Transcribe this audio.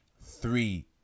three